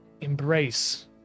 embrace